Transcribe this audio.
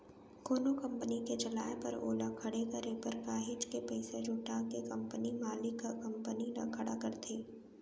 कोनो कंपनी के चलाए बर ओला खड़े करे बर काहेच के पइसा जुटा के कंपनी मालिक ह कंपनी ल खड़ा करथे